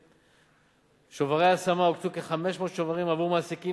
7. שוברי השמה: הוקצו כ-500 שוברים עבור מעסיקים